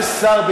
יש שר באולם.